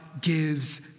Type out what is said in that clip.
gives